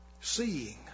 Seeing